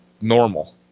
Normal